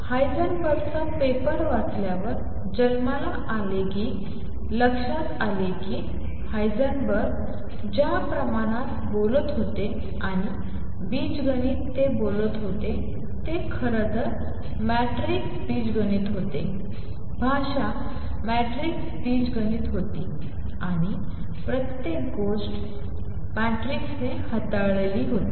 हायसेनबर्गचा paper वाचल्यावर जन्माला आले की लक्षात आले की हायझेनबर्ग ज्या प्रमाणात बोलत होते आणि बीजगणित ते बोलत होते ते खरं तर मॅट्रिक्स बीजगणित होते भाषा मॅट्रिक्स बीजगणित होती आणि प्रत्येक गोष्ट मॅट्रिक्सने हाताळली गेली